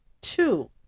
Two